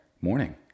morning